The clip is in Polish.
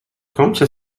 kącie